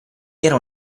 era